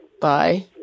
Bye